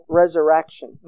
resurrection